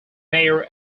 mayor